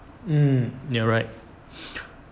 um ya right